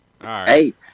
hey